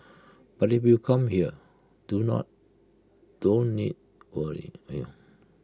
but if you come here do not don't need to worry you